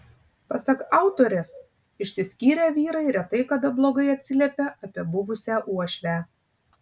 pasak autorės išsiskyrę vyrai retai kada blogai atsiliepia apie buvusią uošvę